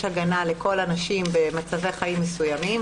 הגנה לכל הנשים במצבי חיים מסוימים.